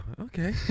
okay